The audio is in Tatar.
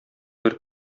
бер